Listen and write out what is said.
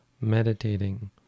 meditating